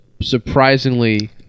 surprisingly